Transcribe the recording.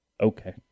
Okay